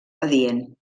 adient